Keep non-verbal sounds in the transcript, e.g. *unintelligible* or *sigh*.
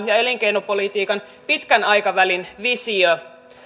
*unintelligible* ja elinkeinopolitiikan pitkän aikavälin visio